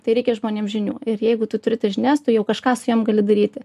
tai reikia žmonėm žinių ir jeigu tu turi tas žinias tu jau kažką su jiem gali daryti